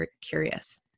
curious